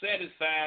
satisfied